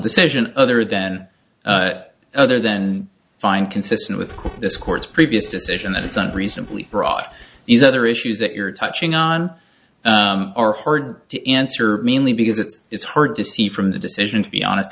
decision other than other than fine consistent with this court's previous decision that it's unreasonably brought these other issues that you're touching on are hard to answer mainly because it's it's hard to see from the decision to be honest